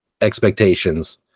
expectations